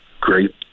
great